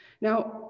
Now